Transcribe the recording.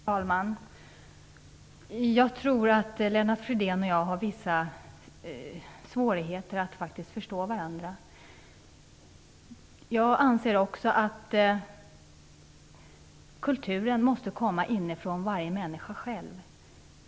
Fru talman! Jag tror att Lennart Fridén och jag har vissa svårigheter att förstå varandra. Jag anser också att kulturen måste komma inifrån varje människa själv.